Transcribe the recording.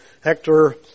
Hector